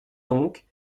donc